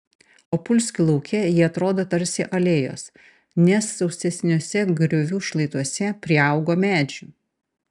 opulskio lauke jie atrodo tarsi alėjos nes sausesniuose griovių šlaituose priaugo medžių